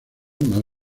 más